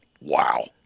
Wow